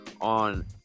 On